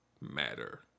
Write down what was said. matter